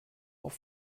auf